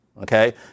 okay